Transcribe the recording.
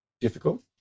difficult